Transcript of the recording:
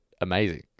amazing